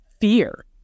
fear